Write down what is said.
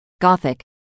Gothic